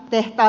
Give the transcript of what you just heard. ehkä